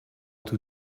tout